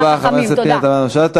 תודה רבה, חברת הכנסת פנינה תמנו-שטה.